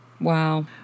Wow